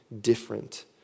different